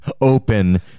open